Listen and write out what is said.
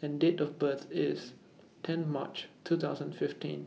and Date of birth IS tenth March two thousand fifteen